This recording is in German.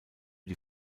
die